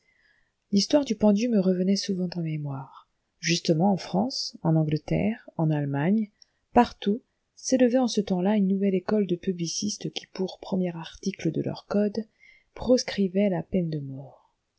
l'histoire du pendu me revenait souvent en mémoire justement en france en angleterre en allemagne partout s'élevait en ce temps-là une nouvelle école de publicistes qui pour premier article de leur code proscrivaient la peine de mort